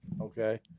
Okay